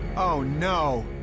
oh no.